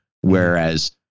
Whereas